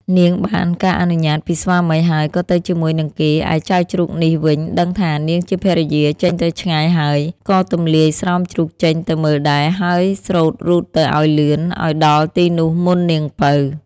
នាងបានការអនុញ្ញាតពីស្វាមីហើយក៏ទៅជាមួយនឹងគេ ឯចៅជ្រូកនេះវិញដឹងថា នាងជាភរិយាចេញទៅឆ្ងាយហើយ ក៏ទំលាយស្រោមជ្រូកចេញទៅមើលដែរ ហើយស្រូតរូតទៅឱ្យលឿន ឱ្យដល់ទីនោះមុននាងពៅ។